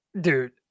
Dude